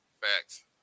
Facts